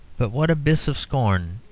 but what abysses of scorn,